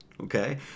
Okay